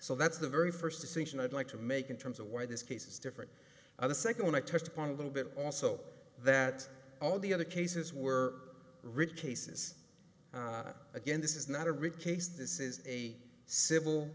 so that's the very first decision i'd like to make in terms of why this case is different now the second one i touched upon a little bit also that all the other cases were rigged cases again this is not a rigged case this is a civil